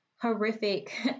horrific